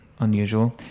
Unusual